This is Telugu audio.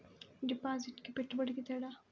డిపాజిట్కి పెట్టుబడికి తేడా?